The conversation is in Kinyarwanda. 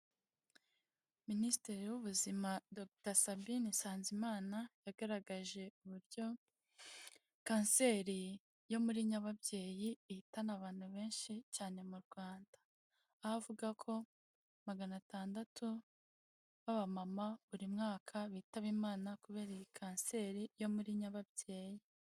Minisitiri w'ubuzima Dogita Sabin Nsanzimana, yagaragaje uburyo kanseri yo muri nyababyeyi ihitana abantu benshi cyane mu Rwanda, aho avuga ko magana atandatu b'abamama buri mwaka bitaba Imana kubera iyi kanseri yo muri nyababyeyi.